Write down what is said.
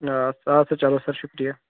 آدٕ سا آدٕ سا چلو سَر شُکریہ